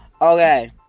Okay